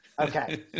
Okay